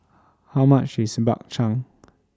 How much IS Bak Chang